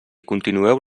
continueu